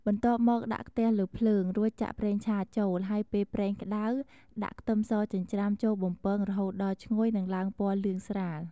បន្ទាប់មកដាក់ខ្ទះលើភ្លើង រួចចាក់ប្រេងឆាចូល ហើយពេលប្រេងក្ដៅ ដាក់ខ្ទឹមសចិញ្ច្រាំចូលបំពងរហូតដល់ឈ្ងុយ និងឡើងពណ៌លឿងស្រាល។